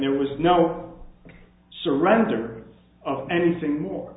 there was no surrender of anything more